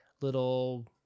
little